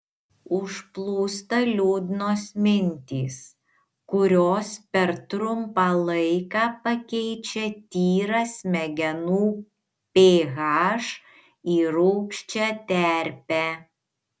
užplūsta liūdnos mintys kurios per trumpą laiką pakeičia tyrą smegenų ph į rūgščią terpę